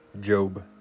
Job